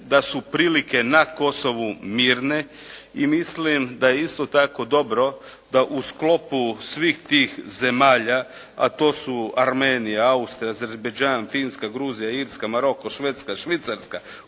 da su prilike na Kosovu mirne i mislim da je isto tako dobro da u sklopu svih tih zemalja a to su Armenija, Austrija, Azerbejdžan, Finska, Gruzija, Irska, Maroko, Švedska, Švicarska,